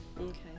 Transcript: Okay